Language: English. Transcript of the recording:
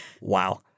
Wow